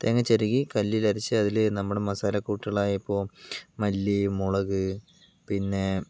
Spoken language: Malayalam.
തേങ്ങ ചിരകി കല്ലിൽ അരച്ച് അതില് നമ്മൾ മസാലക്കൂട്ടുകളായ ഇപ്പോൾ മല്ലി മുളക് പിന്നെ